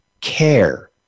care